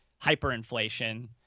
hyperinflation